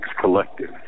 Collective